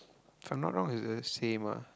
if I'm not wrong it's the same ah